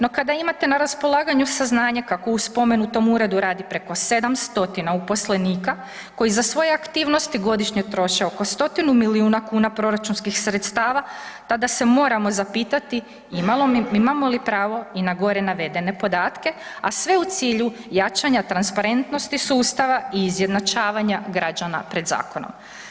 No kada imate na raspolaganju saznanje kako u spomenutom uredu radi preko 7 stotina uposlenika koji za svoje aktivnosti godišnje troše oko stotine milijuna kuna proračunskih sredstava tada se moramo zapitati imamo li pravo i na gore navedene podatke, a sve u cilju jačanja transparentnosti sustava i izjednačavanja građana pred zakonom.